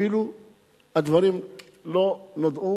הדברים אפילו לא נודעו